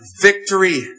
victory